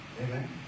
Amen